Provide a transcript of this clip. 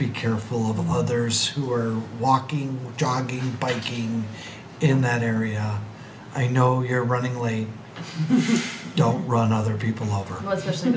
be careful of the others who are walking jogging biking in that area i know you're running away if you don't run other people over listening